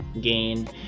gain